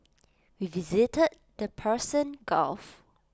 we visited the Persian gulf